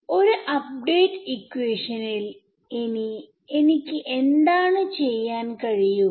ഒരു അപ്ഡേറ്റ് ഇക്വേഷനിൽ ഇനി എനിക്ക് എന്താണ് ചെയ്യാൻ കഴിയുക